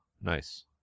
Nice